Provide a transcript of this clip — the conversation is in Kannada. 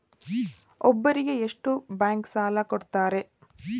ಒಬ್ಬರಿಗೆ ಎಷ್ಟು ಬ್ಯಾಂಕ್ ಸಾಲ ಕೊಡ್ತಾರೆ?